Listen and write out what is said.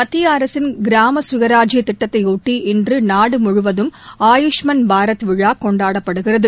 மத்திய அரசின் கிராம கயராஜ்ய திட்டத்தைபொட்டி இன்று நாடு முழுவதும் ஆயுஷ்மன் பாரத் விழா கொண்டாடப்படுகிறது